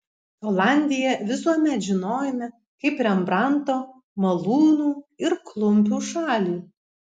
olandiją visuomet žinojome kaip rembrandto malūnų ir klumpių šalį